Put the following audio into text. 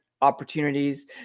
opportunities